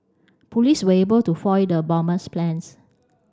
police were able to foil the bomber's plans